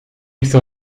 chcę